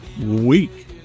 Week